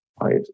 right